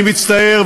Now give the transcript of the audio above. אני מצטער,